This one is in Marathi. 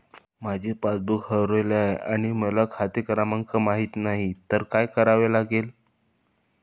माझे पासबूक हरवले आहे आणि मला खाते क्रमांक माहित नाही तर काय करावे लागेल?